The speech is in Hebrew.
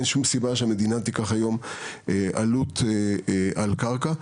אין שום סיבה שהמדינה תיקח היום מחיר עלות על קרקע,